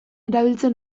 erabiltzen